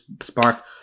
spark